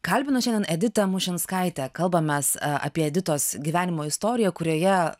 kalbinu šiandien editą mušinskaitę kalbamės apie editos gyvenimo istoriją kurioje